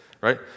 right